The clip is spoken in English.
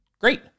great